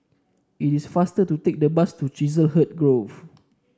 it is faster to take the bus to Chiselhurst Grove